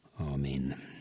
Amen